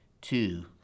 two